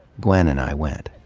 gwen and i went.